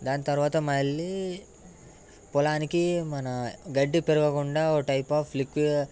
దాని తర్వాత మళ్లీ పొలానికి మన గడ్డి పెరగకుండా ఓ టైప్ ఆఫ్ లిక్విడ్